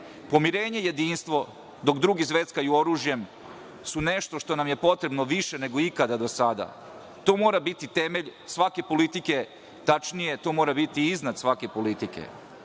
Pomirenje, jedinstvo, dok drugi zveckaju oružjem, su nešto što nam je potrebno više nego ikada do sada, to mora biti temelj svake politike, tačnije, to mora biti iznad svake politike. Tako